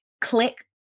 click